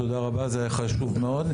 זה היה חשוב מאוד.